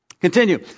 Continue